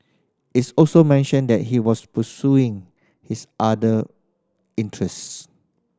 it's also mentioned that he was pursuing his other interests